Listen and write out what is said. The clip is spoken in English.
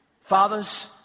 Fathers